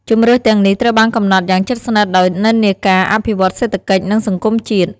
ជម្រើសទាំងនេះត្រូវបានកំណត់យ៉ាងជិតស្និទ្ធដោយនិន្នាការអភិវឌ្ឍន៍សេដ្ឋកិច្ច និងសង្គមជាតិ។